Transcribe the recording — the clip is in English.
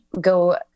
go